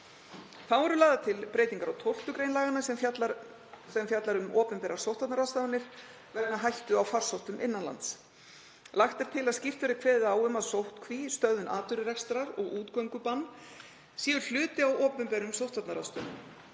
Þá eru lagðar til breytingar á 12. gr. laganna sem fjallar um opinberar sóttvarnaráðstafanir vegna hættu á farsóttum innan lands. Lagt er til að skýrt verði kveðið á um að sóttkví, stöðvun atvinnurekstrar og útgöngubann séu hluti af opinberum sóttvarnaráðstöfunum.